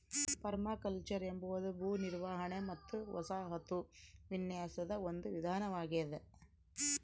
permaculture ಎಂಬುದು ಭೂ ನಿರ್ವಹಣೆ ಮತ್ತು ವಸಾಹತು ವಿನ್ಯಾಸದ ಒಂದು ವಿಧಾನವಾಗೆದ